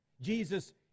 Jesus